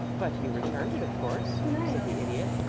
but you returned it, of course? said the idiot.